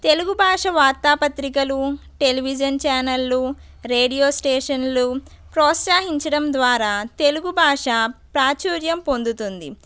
తెలుగు భాష వార్తా పత్రికలూ టెలివిజన్ ఛానళ్ళు రేడియో స్టేషన్లు ప్రోత్సహించడం ద్వారా తెలుగు భాష ప్రాచుర్యం పొందుతుంది